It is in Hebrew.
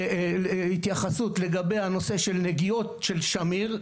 את ההתייחסות לגבי הנושא של נגיעות של שמיר,